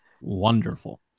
Wonderful